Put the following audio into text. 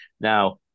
now